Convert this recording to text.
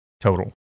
total